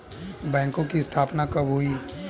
बैंकों की स्थापना कब हुई?